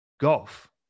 golf